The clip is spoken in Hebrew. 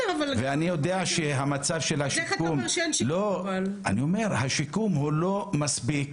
השיקום הוא לא מספיק.